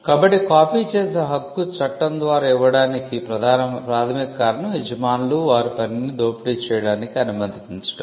కాబట్టి కాపీ చేసే హక్కు చట్టం ద్వారా ఇవ్వడానికి ప్రాథమిక కారణం యజమానులు వారి పనిని దోపిడీ చేయడానికి అనుమతించడమే